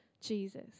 Jesus